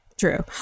true